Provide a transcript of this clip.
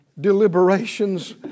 deliberations